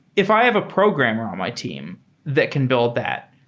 if i have a programmer on my team that can build that,